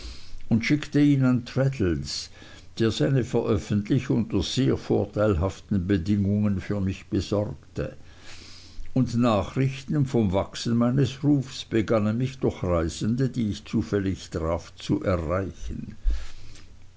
und schickte ihn an traddles der seine veröffentlichung unter sehr vorteilhaften bedingungen für mich besorgte und nachrichten vom wachsen meines rufs begannen mich durch reisende die ich zufällig traf zu erreichen